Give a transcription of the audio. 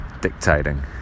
dictating